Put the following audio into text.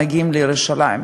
מגיעים לירושלים.